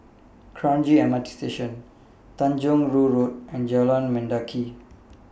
Kranji M R T Station Tanjong Rhu Road and Jalan Mendaki